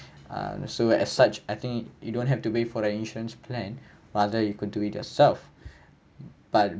um so as such I think you don't have to wait for the insurance plan rather you could do it yourself but